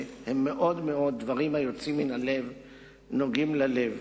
הם מאוד מאוד, דברים היוצאים מהלב ונוגעים ללב.